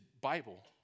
Bible